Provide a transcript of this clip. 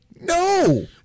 no